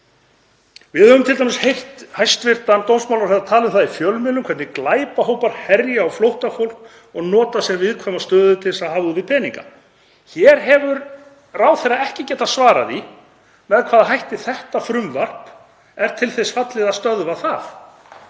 Við höfum t.d. heyrt hæstv. dómsmálaráðherra tala um það í fjölmiðlum hvernig glæpahópar herja á flóttafólk og notfæra sér viðkvæma stöðu til að hafa af því peninga. Hér hefur ráðherra ekki getað svarað með hvaða hætti þetta frumvarp er til þess fallið að stöðva það.